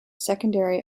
secondary